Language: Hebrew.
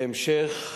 בהמשך,